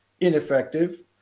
ineffective